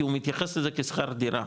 כי הוא מתייחס לזה כשכר דירה,